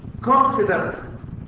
confidence